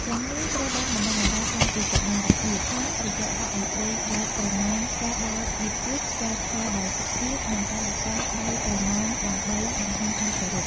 ទាំងនេះត្រូវបានបណ្តុះបណ្តាលតាំងពីកុមារភាព តាមរយៈការអង្គុយបែបប្រណម្យ ការដើរយឺតៗ ការឈរដោយសុភាព និងកាយវិការដៃប្រណម្យដើម្បីបង្ហាញការគោរព។